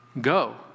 Go